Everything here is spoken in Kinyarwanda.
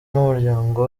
n’umuryango